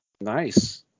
nice